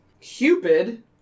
Cupid